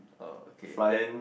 oh okay then